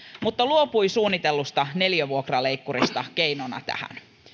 mutta luopui suunnitellusta neliövuokraleikkurista keinona tähän